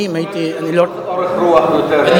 את יכולה לגלות יותר אורך רוח, גברתי